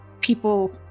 people